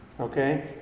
Okay